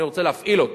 אני רוצה להפעיל אותו.